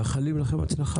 מאחלים לכן הצלחה.